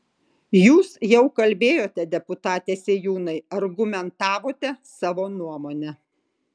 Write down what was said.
jūs jau kalbėjote deputate sėjūnai argumentavote savo nuomonę